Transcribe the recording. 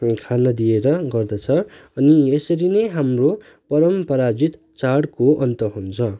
खाना दिएर गर्दछ अनि यसरी नै हाम्रो परम्परागत चाँडको अन्त हुन्छ